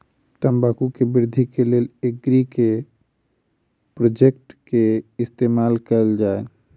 तम्बाकू केँ वृद्धि केँ लेल एग्री केँ के प्रोडक्ट केँ इस्तेमाल कैल जाय?